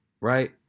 Right